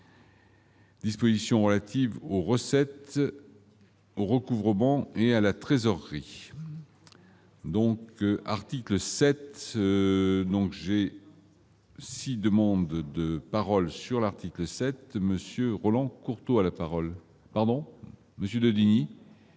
Dispositions relatives aux recettes au recouvrement et à la trésorerie donc article 7 donc j'ai 6 demande de de paroles sur l'article 7, monsieur Roland Courteau à la parole, pardon Monsieur Daudigny.